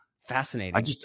Fascinating